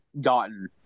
gotten